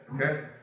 okay